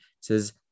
says